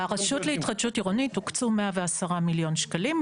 לרשות להתחדשות עירונית הוקצו 110 מיליון שקלים,